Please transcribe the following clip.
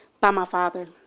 by my father.